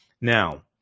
Now